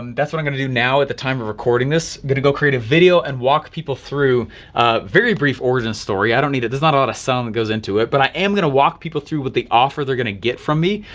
um that's what i'm gonna do now, at the time of recording this. gonna go create a video and walk people through a very brief origin story. i don't need, there's not a lot of sound that goes into it, but i am gonna walk people through what the offer they're gonna get from me.